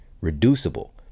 reducible